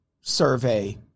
survey